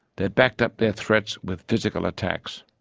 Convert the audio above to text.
they backed up their threats with physical attacks.